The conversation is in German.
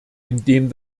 indem